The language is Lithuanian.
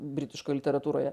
britiškoj literatūroje